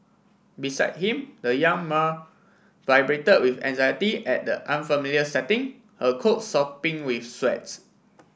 beside him the young mare vibrated with anxiety at the unfamiliar setting her coat sopping with sweat